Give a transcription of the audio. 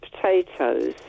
potatoes